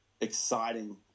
exciting